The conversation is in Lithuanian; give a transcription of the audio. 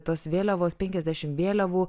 tos vėliavos penkiasdešimt vėliavų